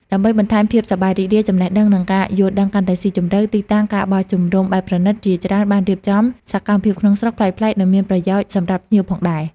ដើម្បីបន្ថែមភាពសប្បាយរីករាយ ចំណេះដឹង និងការយល់ដឹងកាន់តែស៊ីជម្រៅ ទីតាំង ការបោះជំរំបែបប្រណីត ជាច្រើនបានរៀបចំ សកម្មភាពក្នុងស្រុក ប្លែកៗ និងមានប្រយោជន៍សម្រាប់ភ្ញៀវផងដែរ។